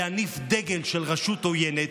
להניף דגל של רשות עוינת,